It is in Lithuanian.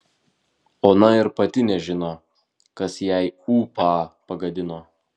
ona ir pati nežino kas jai ūpą pagadino